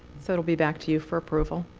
so it'll be back to you for approval.